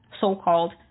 so-called